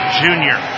junior